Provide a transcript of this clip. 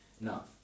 Now